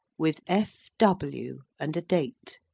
with f. w. and a date.